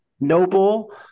noble